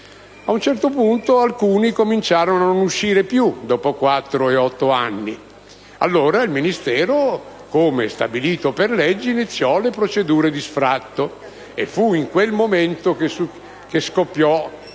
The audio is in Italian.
Ad un certo punto, alcuni cominciarono a non uscire più dopo quattro o otto anni e allora il Ministero, come stabilito per legge, iniziò le procedure di sfratto. Fu in quel momento che scoppiò